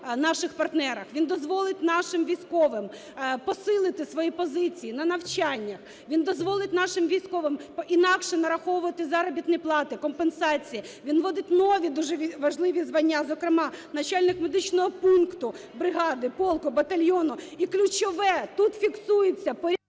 Він дозволить нашим військовим посилити свої позиції на навчання, він дозволить нашим військовим інакше нараховувати заробітні плати, компенсації. Він вводить нові, дуже важливі звання, зокрема начальник медичного пункту бригади, полку, батальйону. І ключове, тут фіксується…